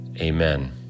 Amen